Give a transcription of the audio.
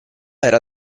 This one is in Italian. era